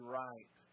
right